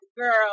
girl